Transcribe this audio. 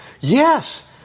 yes